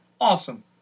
Awesome